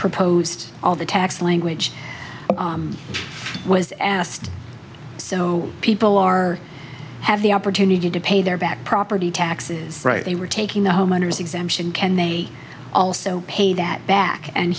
proposed all the tax language was asked so people are have the opportunity to pay their back property taxes right they were taking the homeowners exemption can they also pay that back and